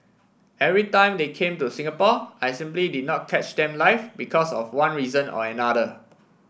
every time they came to Singapore I simply did not catch them live because of one reason or another